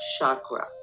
chakra